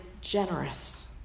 generous